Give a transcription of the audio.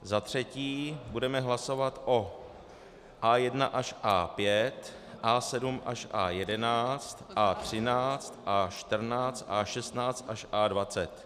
Za třetí budeme hlasovat o A1 až A5, A7 až A11, A13, A14, A16 až A20.